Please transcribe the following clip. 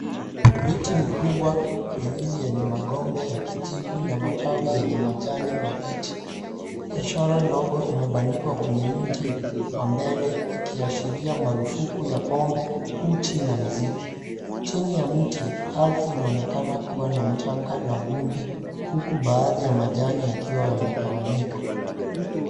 Miti mikubwa miwili yenye magombe ya kijivu .Na matawi yenye majani mabichi. Ishara ndogo imebanikwa kwenye mti wa mbele ikiashiria marufuku ya pombe ,uchi na muziki. Chini ya mti ardhi inaonekana kuwa na mchanga na vumbi. Huku baadhi ya majani yakiwa yametawanyika.